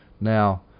Now